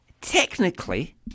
Technically